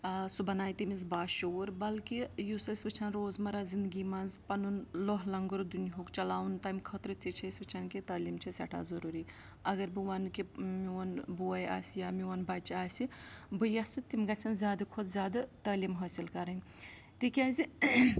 سُہ بَنایہِ تٔمِس باشعوٗر بلکہِ یُس أسۍ وٕچھان روزمَرہ زِندگی منٛز پَنُن لوٚہ لَنٛگُر دُنہیُک چلاوُن تَمہِ خٲطرٕ تہِ چھِ أسۍ وٕچھان کہِ تٲلیٖم چھِ سٮ۪ٹھاہ ضٔروٗری اگر بہٕ وَنہٕ کہِ میون بوے آسہِ یا میون بَچہِ آسہِ بہٕ یَژھٕ تِم گژھَن زیادٕ کھۄتہٕ زیادٕ تٲلیٖم حٲصِل کَرٕنۍ تِکیٛازِ